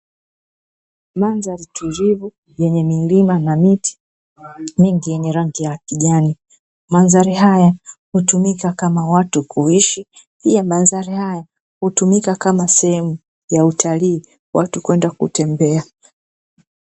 Mandhari tulivu yenye milima na miti mingi yenye rangi ya kijani, mandhari haya hutumika kama watu kuishi pia madhara haya hutumika kama sehemu ya utalii watu kwenda kutembea.